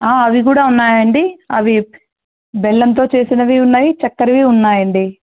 అవి కూడా ఉన్నాయండి అవి బెల్లంతో చేసినవి ఉన్నాయి చక్కెరవి ఉన్నాయండి